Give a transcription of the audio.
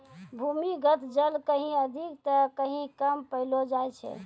भूमीगत जल कहीं अधिक त कहीं कम पैलो जाय छै